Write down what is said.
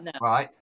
right